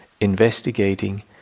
investigating